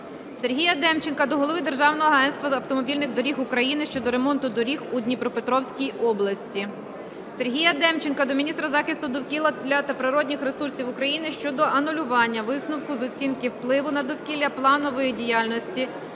Сергія Демченка до Голови Державного агентства автомобільних доріг України щодо ремонту доріг у Дніпропетровській області. Сергія Демченка до міністра захисту довкілля та природних ресурсів України щодо анулювання висновку з оцінки впливу на довкілля планової діяльності